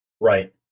Right